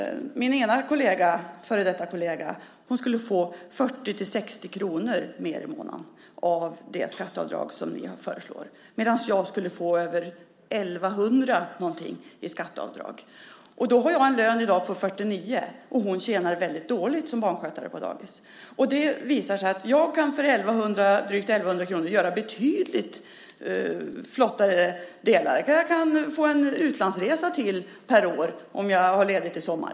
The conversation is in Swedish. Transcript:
Min ena före detta kollega skulle få 40-60 kr mer i månaden med det skatteavdrag som ni föreslår medan jag skulle få över 1 100 i skatteavdrag. Då har jag i dag en lön på 49 000, och hon tjänar väldigt dåligt som barnskötare på dagis. Det visar sig att jag för drygt 1 100 kr kan göra betydligt flottare saker. Jag kan få en utlandsresa till per år, om jag har ledigt i sommar.